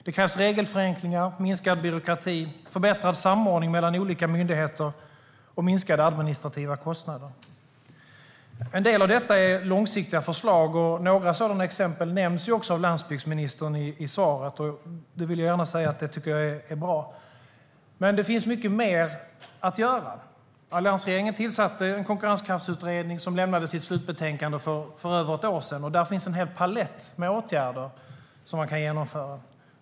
Det krävs regelförenklingar, minskad byråkrati, förbättrad samordning mellan olika myndigheter och minskade administrativa kostnader. En del av detta är långsiktiga förslag. Några sådana exempel nämns också av landsbygdsministern i svaret, och jag vill gärna säga att jag tycker att det är bra. Men det finns mycket mer att göra. Alliansregeringen tillsatte en konkurrenskraftsutredning som lämnade sitt slutbetänkande för över ett år sedan. Där finns en hel palett med åtgärder som man kan genomföra.